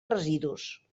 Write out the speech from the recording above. residus